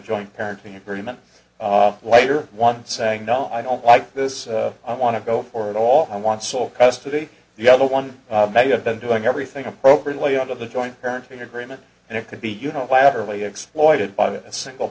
joint parenting agreement later one saying no i don't like this i want to go for it all i want sole custody the other one that you have been doing everything appropriately out of the joint parenting agreement and it could be unilaterally exploited by a single